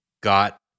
got